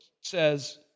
says